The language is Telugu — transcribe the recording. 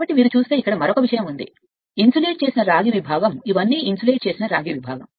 కాబట్టి మీరు చూస్తే ఇక్కడ మరొక విషయం ఉంది ఇన్సులేట్ చేసిన రాగి విభాగం ఇవన్నీ ఏకాకిత్వం చేసిన రాగి విభాగం